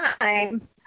time